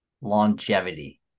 longevity